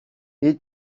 this